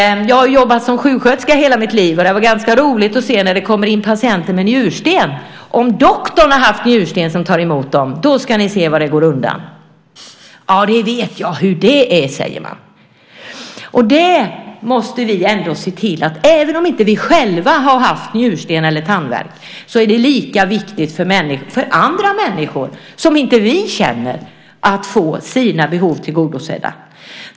Jag har jobbat som sjuksköterska hela mitt liv. Det har varit roligt att se hur det fungerar när det kommer in patienter med njursten. Om doktorn som tar emot dem har haft njursten, då ska ni se vad det går undan! Jag vet hur det är, säger man. Även om vi själva inte har haft njursten eller tandvärk är det lika viktigt för andra människor, som vi inte känner, att få sina behov tillgodosedda.